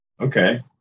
Okay